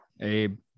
Abe